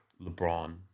LeBron